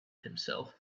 himself